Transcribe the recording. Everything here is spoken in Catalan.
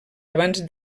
abans